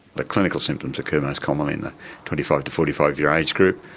the clinical symptoms occur most commonly in the twenty five to forty five year age group,